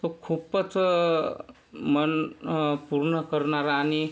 तो खूपच मन पूर्ण करणारा आणि